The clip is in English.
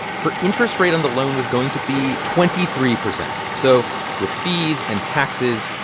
her interest rate on the loan was going to be twenty three percent. so with fees and taxes,